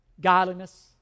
Godliness